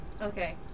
Okay